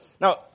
Now